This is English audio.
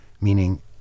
Meaning